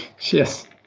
Yes